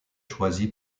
choisi